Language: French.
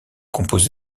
composé